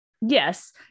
Yes